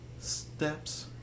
steps